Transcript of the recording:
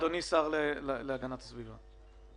אדוני השר להגנת הסביבה.